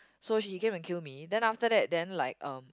so she came and kill me then after that then like um